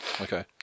Okay